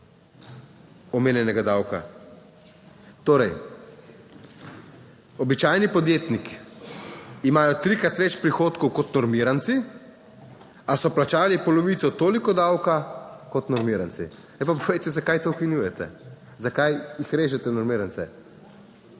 omenjenega davka. Torej, običajni podjetniki imajo trikrat več prihodkov kot normiranci, a so plačali polovico toliko davka kot normiranci. Sedaj pa povejte, zakaj to ukinjate, zakaj jih režete, normirance?